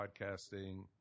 podcasting